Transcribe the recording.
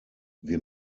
wir